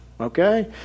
okay